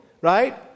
right